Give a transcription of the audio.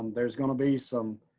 um there's going to be some